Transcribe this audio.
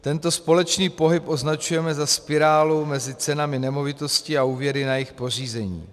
Tento společný pohyb označujeme za spirálu mezi cenami nemovitostí a úvěry na jejich pořízení.